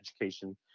education